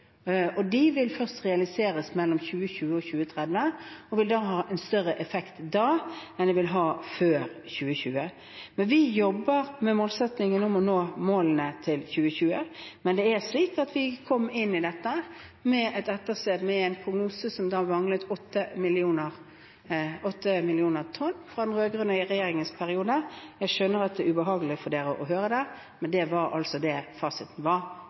De vil først realiseres mellom 2020 og 2030 og vil ha en større effekt da enn de vil ha før 2020. Vi jobber med målsettingen om å nå målene til 2020, men det er slik at vi kom inn i dette med et etterslep – med en prognose der det manglet 8 millioner tonn – fra den rød-grønne regjeringens periode. Jeg skjønner at det er ubehagelig for representanten å høre det, men det var fasiten etter den rød-grønne regjeringen. Det